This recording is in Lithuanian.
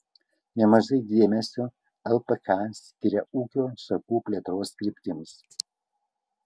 nemažai dėmesio lpk skiria ūkio šakų plėtros kryptims